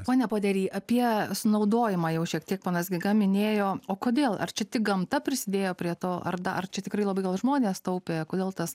pone podery apie sunaudojimą jau šiek tiek ponas giga minėjo o kodėl ar čia tik gamta prisidėjo prie to ar dar čia tikrai labai gal žmonės taupė kodėl tas